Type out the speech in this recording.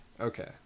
Okay